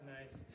Nice